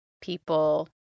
people